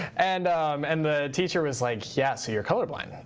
and and the teacher was like, yeah, so you're colorblind.